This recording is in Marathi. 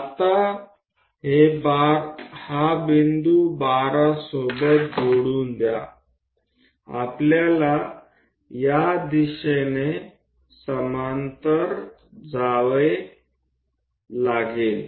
आता हा बिंदू 12 सोबत जोडून द्या आपल्याला या दिशेने समांतर जावे लागेल